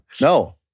No